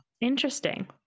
Interesting